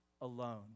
alone